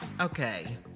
Okay